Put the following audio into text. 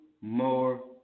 more